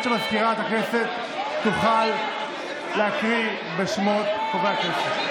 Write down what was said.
שמזכירת הכנסת תוכל להקריא את שמות חברי הכנסת.